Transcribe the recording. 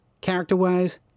character-wise